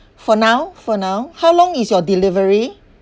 for now for now how long is your delivery